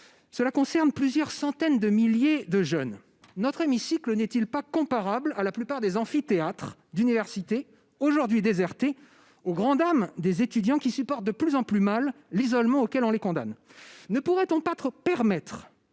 mais concerne plusieurs centaines de milliers de jeunes. Notre hémicycle n'est-il pas comparable à la plupart des amphithéâtres d'université, aujourd'hui désertés, au grand dam des étudiants, qui supportent de plus en plus mal l'isolement auquel on les condamne ? Ne pourrait-on pas permettre